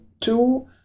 two